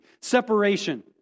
separation